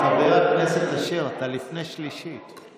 חבר הכנסת אשר, אתה לפני שלישית.